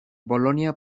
bolonia